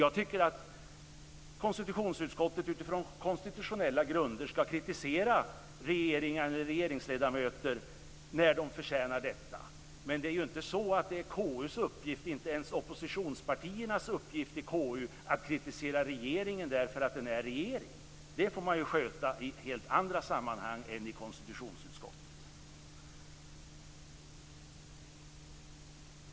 Jag tycker att konstitutionsutskottet utifrån konstitutionella grunder ska kritisera regering och regeringsledamöter när de förtjänar detta. Men det är inte så att det är KU:s uppgift, inte ens oppositionspartiernas uppgift i KU, att kritisera regeringen för att den är regering. Det får man ju sköta i helt andra sammanhang än i konstitutionsutskottet.